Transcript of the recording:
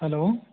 hello